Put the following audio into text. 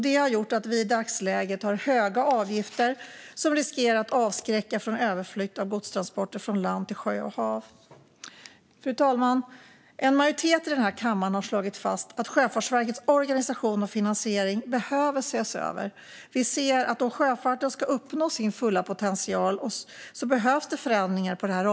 Det har gjort att vi i dagsläget har höga avgifter som riskerar att avskräcka från överflytt av godstransporter från land till sjö och hav. Fru talman! En majoritet i den här kammaren har slagit fast att Sjöfartsverkets organisation och finansiering behöver ses över. Vi ser att det behövs förändringar på detta område om sjöfarten ska uppnå sin fulla potential.